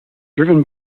driven